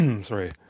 Sorry